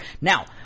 Now